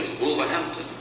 wolverhampton